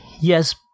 yes